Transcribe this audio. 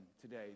today